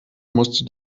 musste